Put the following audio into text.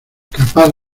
capaz